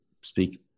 speak